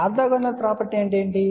orthogonal property అంటే ఏమిటి